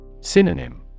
Synonym